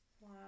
Wow